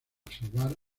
salvar